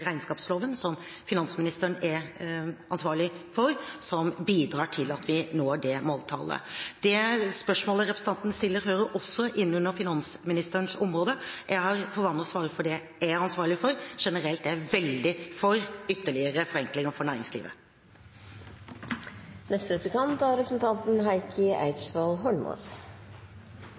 regnskapsloven, som finansministeren er ansvarlig for, som bidrar til at vi når det måltallet. Det spørsmålet representanten stiller, hører også inn under finansministerens område. Jeg har for vane å svare for det jeg har ansvaret for. Generelt er jeg veldig for ytterligere forenklinger for næringslivet.